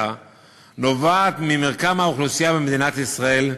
נובעת ממרקם האוכלוסייה במדינת ישראל,